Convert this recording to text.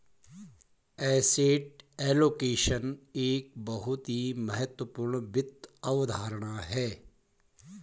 asset allocation एक बहुत ही महत्वपूर्ण वित्त अवधारणा है